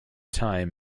time